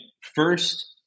first